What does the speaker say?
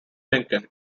lincoln